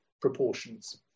proportions